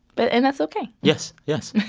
but and that's ok yes, yes, yeah.